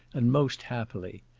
and most happily.